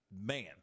man